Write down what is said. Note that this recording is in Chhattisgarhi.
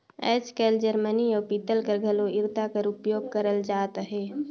आएज काएल जरमनी अउ पीतल कर घलो इरता कर उपियोग करल जात अहे